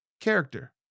character